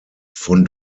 von